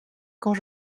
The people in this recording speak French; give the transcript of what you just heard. quand